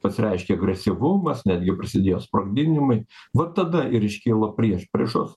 pasireiškė agresyvumas netgi prasidėjo sprogdinimai va tada ir iškilo priešpriešos